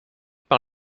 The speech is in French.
par